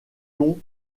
ton